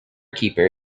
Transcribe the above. keeper